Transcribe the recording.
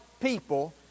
people